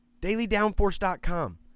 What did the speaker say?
DailyDownForce.com